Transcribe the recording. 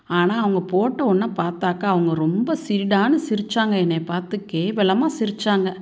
ஆனால் அவங்க போட்ட உடனே பார்த்தாக்கா அவங்க ரொம்ப சிரிடானு சிரிச்சாங்க என்னைய பார்த்து கேவலமாக சிரிச்சாங்க